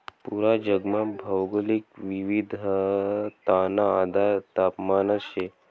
पूरा जगमा भौगोलिक विविधताना आधार तापमानच शे